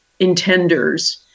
intenders